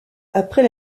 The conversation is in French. après